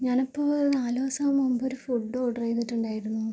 ഞാനിപ്പോൾ നാലുദിവസം മുമ്പ് ഒരു ഫുഡ് ഓഡറ് ചെയ്തിട്ടുണ്ടായിരുന്നു